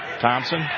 Thompson